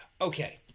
Okay